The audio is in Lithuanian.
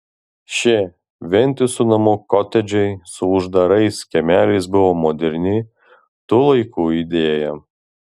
šie vientisų namų kotedžai su uždarais kiemeliais buvo moderni tų laikų idėja